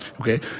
Okay